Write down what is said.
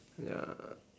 ya